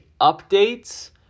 updates